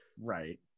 right